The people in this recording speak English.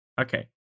Okay